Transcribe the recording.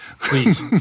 please